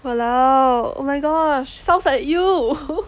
!walao! oh my gosh sounds like you